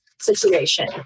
situation